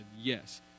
yes